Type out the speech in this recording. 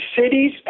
cities